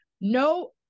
no